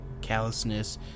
callousness